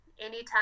anytime